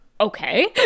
okay